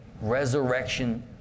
Resurrection